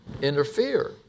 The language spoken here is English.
interfere